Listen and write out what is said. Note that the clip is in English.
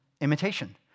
imitation